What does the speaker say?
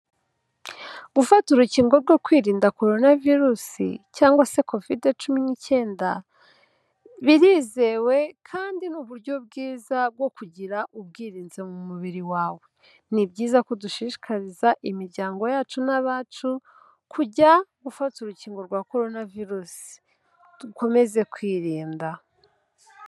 Gufata urukingo rwo kwirinda Korona virusi cyangwa se Kovide cumi n'icyenda birizewe kandi ni uburyo bwiza bwo kugira ubwirinzi mu mubiri wawe, ni byiza ko dushishikariza imiryango yacu n'abacu kujya gufata urukingo rwa Korona virusi, dukomeze kwirinda.